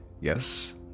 Yes